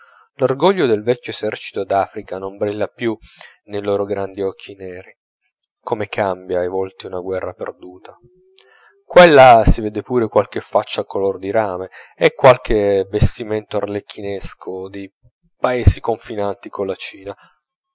l'orgoglio del vecchio esercito d'africa non brilla più nei loro grandi occhi neri come cambia i volti una guerra perduta qua e là si vede pure qualche faccia color di rame e qualche vestimento arlecchinesco dei paesi confinanti colla china